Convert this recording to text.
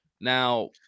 Now